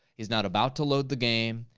he's not about to load the game.